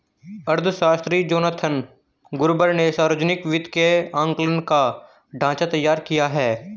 अर्थशास्त्री Jonathan Gruber ने सावर्जनिक वित्त के आंकलन का ढाँचा तैयार किया है